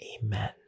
Amen